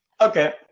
okay